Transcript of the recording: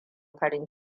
farin